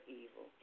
evil